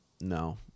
no